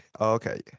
okay